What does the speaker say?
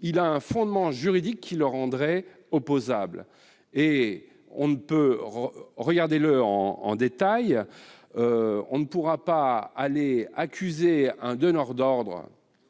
il a un fondement juridique qui le rendrait opposable. Examinez-le en détail, on ne pourra pas accuser un donneur d'ordre